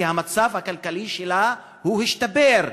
כי המצב הכלכלי שלה השתפר.